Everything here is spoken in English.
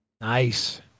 Nice